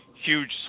huge